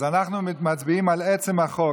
אנחנו מצביעים על עצם החוק,